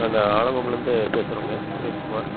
நாங்கள் ஆலங்கொம்புலேந்து பேசுகிறோங்க சுரேஷ் குமார்